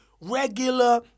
regular